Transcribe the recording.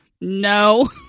no